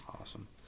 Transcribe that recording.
awesome